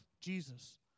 Jesus